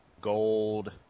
Gold